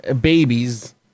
Babies